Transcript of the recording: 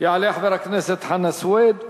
יעלה חבר הכנסת חנא סוייד.